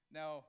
now